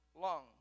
long